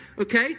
Okay